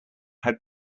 had